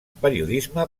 periodisme